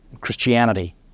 christianity